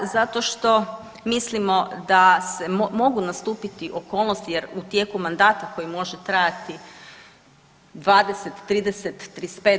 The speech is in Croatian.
Zato što mislimo da mogu nastupiti okolnosti jer u tijeku mandata koji može trajati 20., 30,